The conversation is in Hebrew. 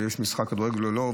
יש משחק כדורגל או לא,